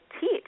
teach